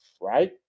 right